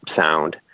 sound